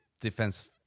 defense